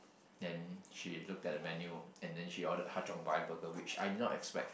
then she looked at the menu and then she ordered Ha-Cheong-Gai burger which I did not expect